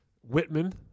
Whitman